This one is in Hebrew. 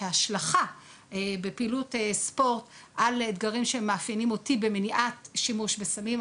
כהשכלה בפעילות ספורט על אתגרים שמאפיינים אותי במניעת שימוש בסמים,